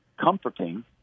comforting